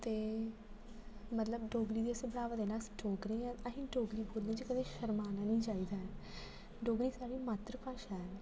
ते मतलब डोगरी गी असें बढ़ावा देना ऐ अस डोगरें आं असें ई डोगरी बोलने च कदें शरमाना निं चाहिदा डोगरी साढ़ी मातर भाशा ऐ